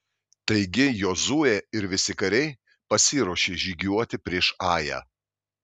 taigi jozuė ir visi kariai pasiruošė žygiuoti prieš ają